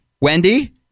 Wendy